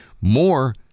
more